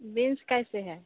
beans कैसे है